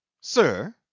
Sir